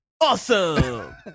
Awesome